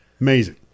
Amazing